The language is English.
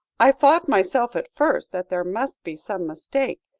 i thought myself at first that there must be some mistake,